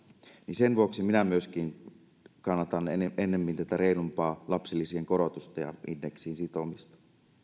sen vuoksi myöskin minä kannatan ennemmin tätä reilumpaa lapsilisien korotusta ja indeksiin sitomista